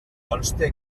conste